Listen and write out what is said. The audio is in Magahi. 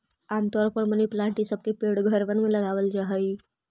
आम तौर पर मनी प्लांट ई सब के पेड़ घरबन में लगाबल जा हई